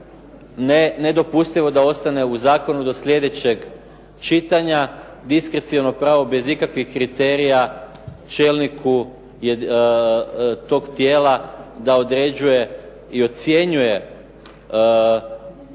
nedopustivo da ostane u zakonu do slijedećeg čitanja diskreciono pravo bez ikakvih kriterija čelniku tog tijela da određuje i ocjenjuje bez